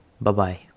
Bye-bye